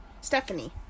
Stephanie